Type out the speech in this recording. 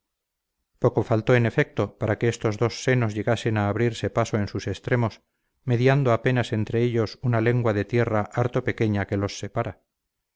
poco faltó en efecto para que estos dos senos llegasen a abrirse paso en sus extremos mediando apenas entre ellos una lengua de tierra harto pequeña que los separa